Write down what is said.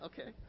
Okay